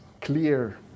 clear